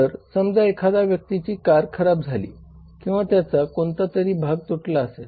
तर समजा एखाद्या व्यक्तीची कार खराब झाली किंवात्याचा कोणता तरी भाग तुटला असेल